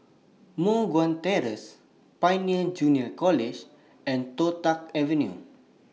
Moh Guan Terrace Pioneer Junior College and Toh Tuck Avenue